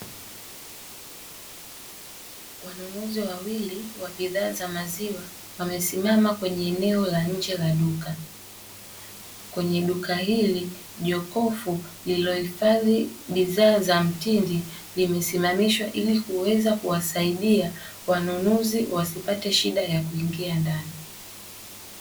Wanunuzi wawili wa bidhaa za maziwa wamesimama kwenye eneo la nje la duka. Kwenye duka hili jokofu lililohifadhi bidhaa za mtindi limesimamishwa ili kuweza kuwasaidia wanunuzi wasipate shida ya kuingia ndani.